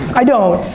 i don't.